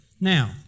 Now